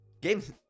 Games